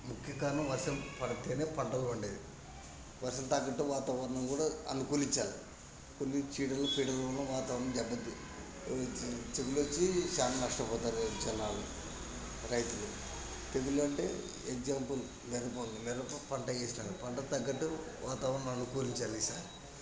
ముఖ్య కారణం వర్షం పడితేనే పంటలు పండేది వర్షం తగ్గట్టు వాతావరణం కూడా అనుకూలించాలి కొన్ని చీడలు పీడలను వల్ల వాతావరణం దెబ్బతింది తెగులొచ్చి చాలా నష్టపోతారు జనాలు రైతులు తెగులు అంటే ఎగ్జాంపుల్ మినప ఉంది మినప్పప్పు పంట వేసినాము పంటకు తగ్గట్టు వాతావరణం అనుకూలించాలి ఈసారి